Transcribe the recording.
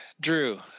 Drew